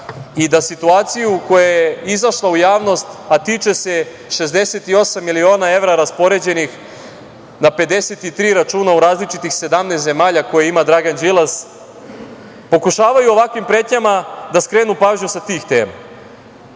i da situaciju koja je izašla u javnost, a tiče se 68 miliona evra raspoređenih na 53 računa u različitih 17 zemalja koje ima Dragan Đilas, pokušavaju ovakvim pretnjama da skrenu pažnju sa tih tema